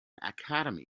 academy